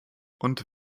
und